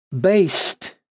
based